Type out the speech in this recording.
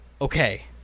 Okay